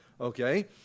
Okay